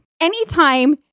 Anytime